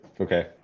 okay